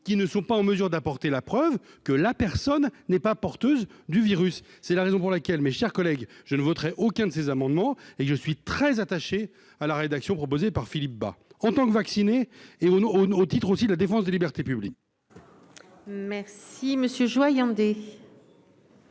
qui ne sont pas en mesure d'apporter la preuve que la personne n'est pas porteuse du virus, c'est la raison pour laquelle mes chers collègues, je ne voterai aucun de ces amendements et je suis très attaché à la rédaction proposée par Philippe Bas en tant que vacciner et au au titre aussi la défense des libertés publiques. Merci Monsieur Joyandet.